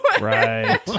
Right